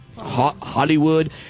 Hollywood